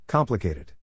Complicated